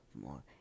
more